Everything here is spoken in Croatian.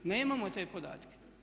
Nemamo te podatke.